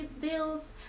deals